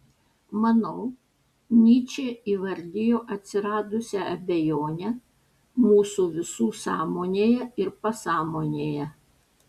manau nyčė įvardijo atsiradusią abejonę mūsų visų sąmonėje ir pasąmonėje